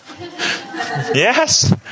Yes